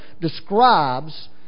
describes